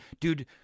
dude